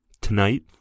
Tonight